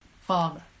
Father